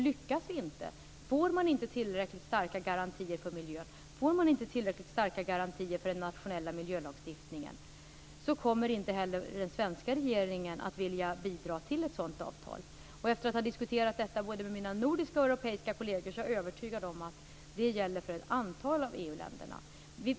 Lyckas vi inte och får vi inte tillräckligt starka garantier för miljön och den nationella miljölagstiftningen kommer inte heller den svenska regeringen att vilja bidra till ett sådant avtal. Efter att ha diskuterat detta med mina både nordiska och europeiska kolleger är jag övertygad om att det gäller för ett antal av EU-länderna.